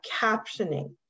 captioning